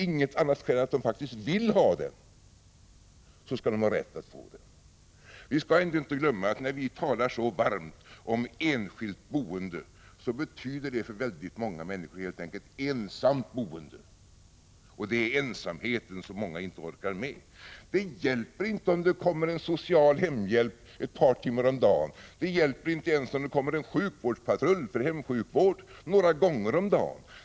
— än att de vill ha denna vårdform, så skall de ha rätt att få den. Vi skall ändå inte glömma att när vi talar så vackert om enskilt boende, betyder det för väldigt många människor helt enkelt ensamt boende, och det är ensamheten som många inte orkar med. Det hjälper inte om det kommer en social hemhjälp ett par timmar om dagen, det hjälper inte ens om det kommer en sjukvårdspatrull för hemsjukvård några gånger om dagen.